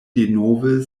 denove